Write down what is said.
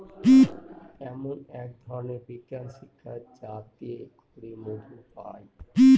এমন এক ধরনের বিজ্ঞান শিক্ষা যাতে করে মধু পায়